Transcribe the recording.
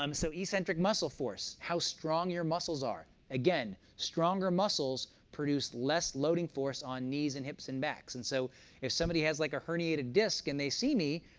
um so eccentric muscle force, how strong your muscles are. again, stronger muscles produce less loading force on knees and hips and backs, and so if somebody has like a herniated disc, and they see me,